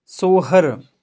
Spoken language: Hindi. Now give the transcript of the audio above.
सोहर लोकगीत